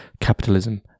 capitalism